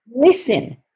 Listen